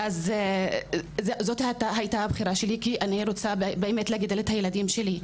ואז זאת הייתה הבחירה שלי כי אני רוצה באמת לגדל את הילדים שלי.